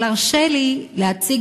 אבל הרשה לי להציג